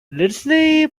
lindsey